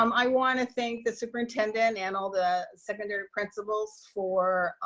um i wanna thank the superintendent and all the secondary principals for